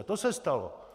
To se stalo.